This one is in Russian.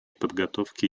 подготовке